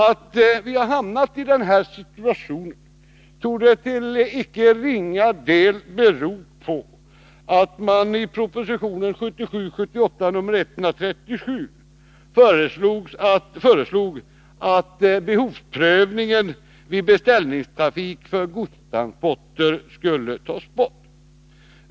Att vi hamnat i denna situation torde till icke ringa del bero på att man i propositionen 1977/78:137 föreslog att behovsprövningen vid beställningstrafik för godstransporter skulle tas bort.